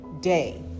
day